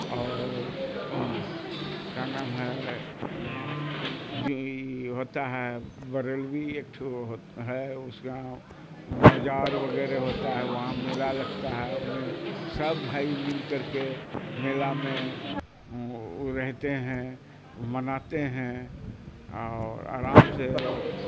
اور کا نام ہے جو ہوتا ہے بریلوی ایک ٹھو ہے اس کا مجارور وغیرہ ہوتا ہے وہاں میلا لگتا ہے وہ میں سب بھائی مل کر کے میلا میں وہ رہتے ہیں مناتے ہیں اور آرام سے